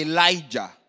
Elijah